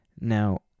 Now